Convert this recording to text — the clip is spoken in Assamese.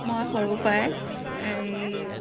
মই সৰুৰ পৰাই এই